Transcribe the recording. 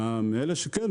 כן.